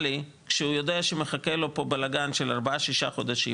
כשהוא יודע שמחכה לו בלגן של בין ארבעה לשישה חודשים,